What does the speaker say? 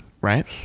right